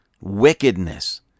wickedness